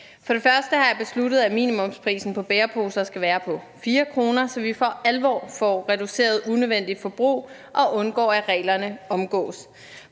For det første har jeg besluttet, at minimumsprisen på bæreposer skal være på 4 kr., så vi for alvor får reduceret unødvendigt forbrug og undgår, at reglerne omgås.